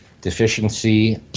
deficiency